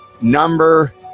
number